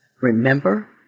remember